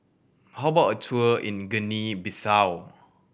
how about a tour in Guinea Bissau